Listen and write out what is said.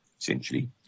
essentially